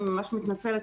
אני ממש מתנצלת,